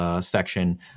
Section